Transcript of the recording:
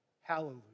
Hallelujah